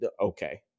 Okay